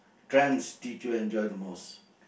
trends did you enjoy the most